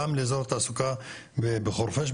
גם לאזור תעסוקה בחורפיש,